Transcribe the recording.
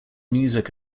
music